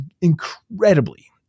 incredibly